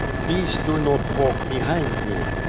please do not walk behind me